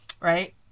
right